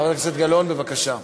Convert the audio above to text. חברת הכנסת גלאון, בבקשה.